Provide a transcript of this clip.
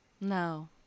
No